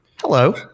Hello